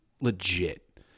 legit